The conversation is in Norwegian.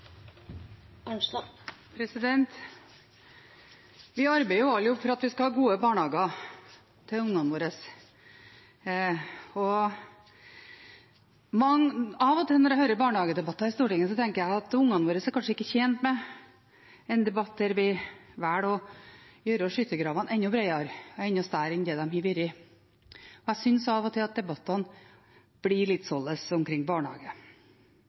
Vi arbeider alle i hop for at vi skal ha gode barnehager til ungene våre. Av og til når jeg hører barnehagedebatter i Stortinget, tenker jeg at ungene våre kanskje ikke er tjent med en debatt der vi velger å gjøre skyttergravene enda bredere og enda større enn de har vært. Jeg synes av og til at debattene om barnehage blir litt